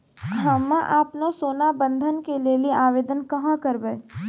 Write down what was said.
हम्मे आपनौ सोना बंधन के लेली आवेदन कहाँ करवै?